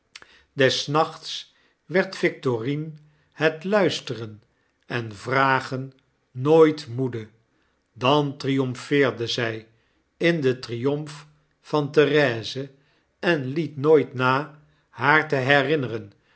des nachts werd victorine het luisteren en vragen nooifc moede dan triomfeerde zjj in den triomf van therese en liet nooit na haar te herinneren